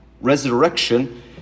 resurrection